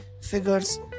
figures